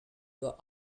your